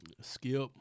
skip